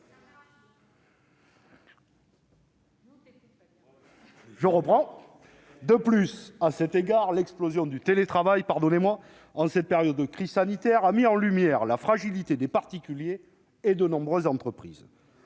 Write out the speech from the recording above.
des cyberdélinquants. À cet égard, l'explosion du télétravail, en cette période de crise sanitaire, a mis en lumière la fragilité des particuliers et de nombreuses entreprises.